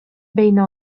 бәйнә